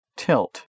tilt